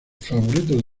favoritos